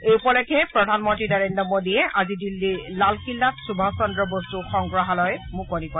এই উপলক্ষে প্ৰধান মন্ত্ৰী নৰেন্দ্ৰ মোদীয়ে আজি দিল্লীৰ লাল কিল্লাত সুভাস চন্দ্ৰ বসু সংগ্ৰহালয় মুকলি কৰে